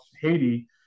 Haiti